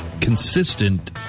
consistent